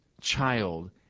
child